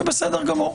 זה בסדר גמור.